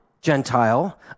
Gentile